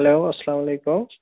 hello اَسلامُ علیکُم